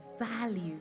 value